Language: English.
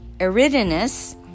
Eridanus